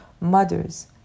mothers